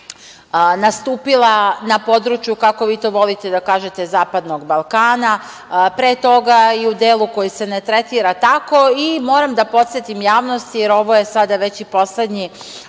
nastupila na području, kako vi to volite da kažete, zapadnog Balkana. Pre toga i u delu koji se ne tretira tako. Moram da podsetim javnost, jer ovo je sada već i poslednji